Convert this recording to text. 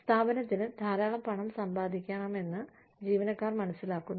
സ്ഥാപനത്തിന് ധാരാളം പണം സമ്പാദിക്കണമെന്ന് ജീവനക്കാർ മനസ്സിലാക്കുന്നു